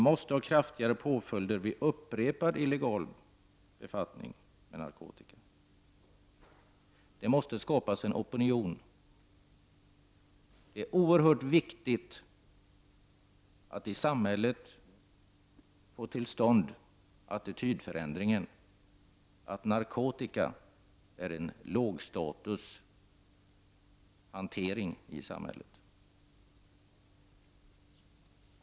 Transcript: Vi måste ha kraftigare påföljder vid upprepad illegal befattning med narkotika. Det måste skapas en opinion! Det är oerhört viktigt att i samhället få till stånd en attitydförändring som innebär att befattning med narkotika är en lågstatushantering i samhället.